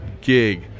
gig